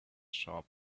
sharp